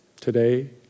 today